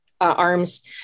arms